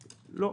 לא.